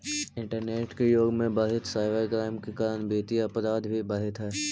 internet के युग में बढ़ीते साइबर क्राइम के कारण वित्तीय अपराध भी बढ़ित हइ